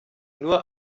nur